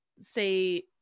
say